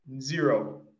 zero